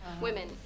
Women